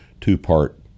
two-part